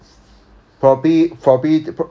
probably probably